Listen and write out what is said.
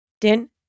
den